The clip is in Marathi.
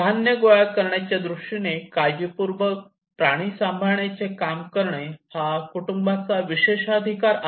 धान्य गोळा करण्याच्या दृष्टीने काळजीपूर्वक प्राणी सांभाळण्याचे काम करणे हा कुटूंबाचा विशेषाधिकार आहे